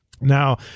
Now